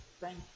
thank